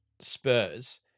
Spurs